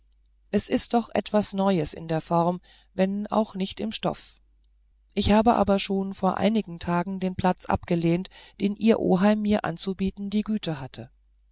es ist doch etwas neues in der form wenn auch nicht im stoff ich habe aber schon vor einigen tagen den platz abgelehnt den ihr oheim mir anzubieten die güte hatte